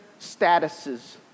statuses